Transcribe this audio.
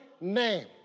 name